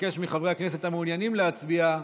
אבקש מחברי הכנסת המעוניינים להצביע,